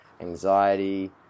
anxiety